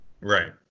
Right